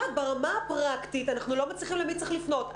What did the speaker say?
ברמה הפרקטית אנחנו לא מצליחים להבין למי צריך לפנות.